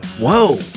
Whoa